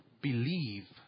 Believe